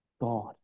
God